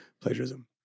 plagiarism